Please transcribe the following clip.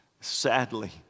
Sadly